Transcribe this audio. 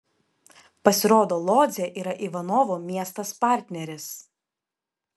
pasirodo lodzė yra ivanovo miestas partneris